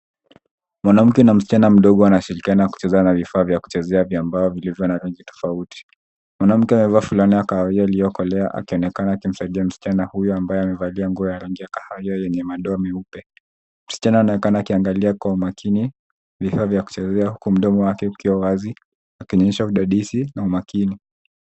Mwanamke na msichana mdogo wanashirikiana kucheza vifaa vya kuchezea vya mbao vilivyo na rangi tofauti. Mwanamke amevaa fulana ya kahawia iliyokolea akionekana akimsaidia msichana huyo ambaye amevalia nguo ya rangi ya kahawia yenye madoa meupe. Msichana anaonekana akiangalia kwa umakini vifaa vya kuchezea huku mdomo wake ukiwa wazi akionyesha udadisi na umakini.